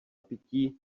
pití